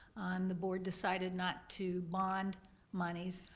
the board decided not to bond moneys,